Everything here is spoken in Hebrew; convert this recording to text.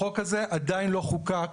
החוק הזה עדיין לא חוקק.